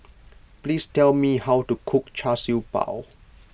please tell me how to cook Char Siew Bao